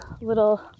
little